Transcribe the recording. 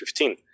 2015